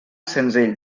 senzill